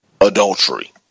adultery